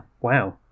wow